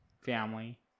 family